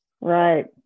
Right